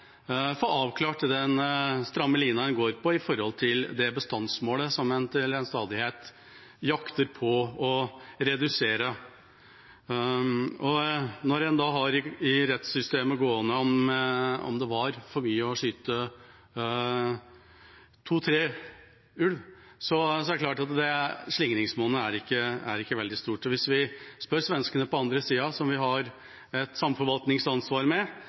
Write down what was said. den stramme lina en går på når det gjelder det bestandsmålet som en til stadighet jakter på å få redusert. Når en da har gående i rettssystemet om det var for mye å skyte to–tre ulver, er det klart at slingringsmonnet ikke er veldig stort. Hvis vi spør svenskene på andre sida, som vi har et samforvaltningsansvar med,